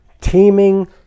teeming